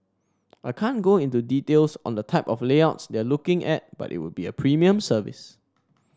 I can't go into details on the type of layouts they're looking at but it would be a premium service